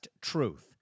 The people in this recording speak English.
Truth